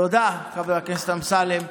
תודה, חבר הכנסת אמסלם.